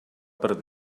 per